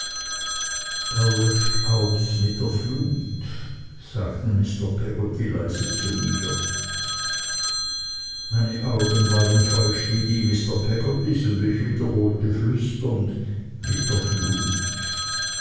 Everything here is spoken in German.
löscht aus mit der flut sagte mr peggotty leise zu mir meine augen waren feucht wie die mr peggottys und ich wiederholte flüsternd mit der flut